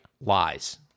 lies